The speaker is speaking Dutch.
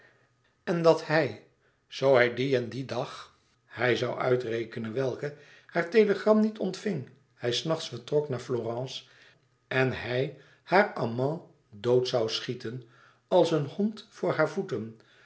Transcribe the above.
en dat zoo hij dien en dien dag hij zoû uitrekenen welken haar telegram niet ontving hij s nachts vertrok naar florence en hij haar amant dood zoû schieten als een hond voor haar voeten